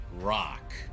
rock